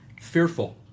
fearful